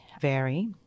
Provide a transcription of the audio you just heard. vary